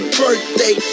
birthday